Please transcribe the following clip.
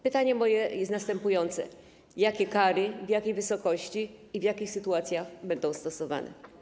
Pytanie moje jest następujące: Jakie kary, w jakiej wysokości i w jakich sytuacjach będą stosowane?